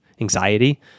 anxiety